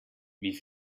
wie